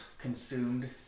consumed